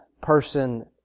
person